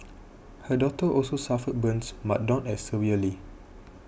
her daughter also suffered burns but not as severely